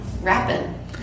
rapping